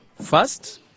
first